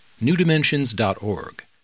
newdimensions.org